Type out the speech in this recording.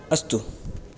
अस्तु